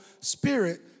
spirit